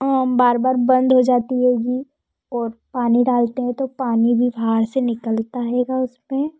बार बार बंद हो जाती है जी और पानी डालते हैं तो पानी भी बाहर से निकलता है उसमें